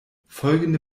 folgende